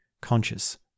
conscious